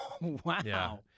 Wow